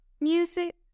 music